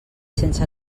sense